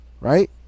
Right